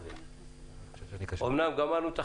זה אופייה של הסתייגות.